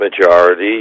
Majority